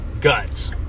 guts